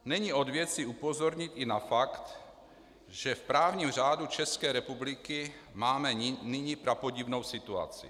Není od věci upozornit i na fakt, že v právním řádu České republiky máme nyní prapodivnou situaci.